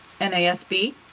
NASB